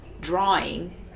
drawing